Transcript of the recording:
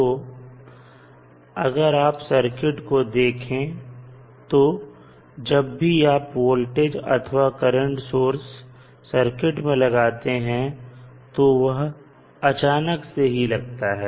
तो अगर आप सर्किट को देखें तो जब भी आप वोल्टेज अथवा करंट सोर्स सर्किट में लगाते हैं तो वह अचानक से ही लगता है